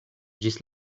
ĝis